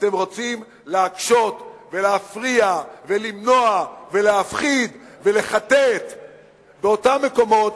אתם רוצים להקשות ולהפריע ולמנוע ולהפחיד ולחטט באותם מקומות,